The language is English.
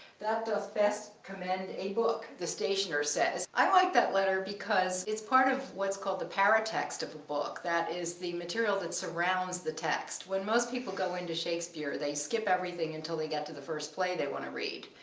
that doth best commend a book, the stationer says. i like that letter because it's part of what's called the paratext of a book that is, the material that surrounds the text. when most people go into shakespeare, they skip everything until they get to the first play they want to read.